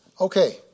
Okay